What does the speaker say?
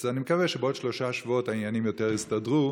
אז אני מקווה שבעוד שלושה שבועות העניינים יותר יסתדרו,